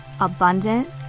abundant